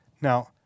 Now